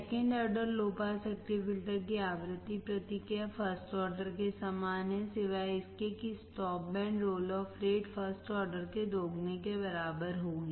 second order low pass सक्रिय filter की आवृत्ति प्रतिक्रिया फर्स्ट ऑर्डर के समान है सिवाय इसके कि stop band roll off rate first order के दोगुने के बराबर होगी